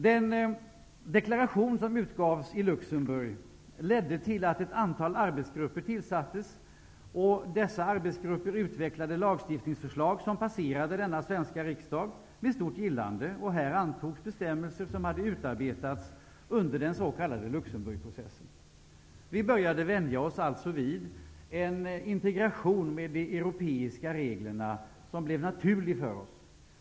Den deklaration som utgavs i Luxemburg ledde till att ett antal arbetsgrupper tillsattes. Dessa arbetsgrupper utvecklade lagstiftningsförslag som passerade denna svenska riksdag med stort gillande. Här antogs bestämmelser som hade utarbetats under den s.k. Luxemburgprocessen. Vi började alltså vänja oss vid en integration med de europeiska reglerna, som blev naturlig för oss.